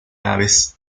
aves